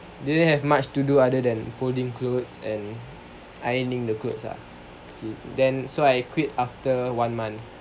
didn't have much to do other than folding clothes and ironing the clothes ah then so I quit after one month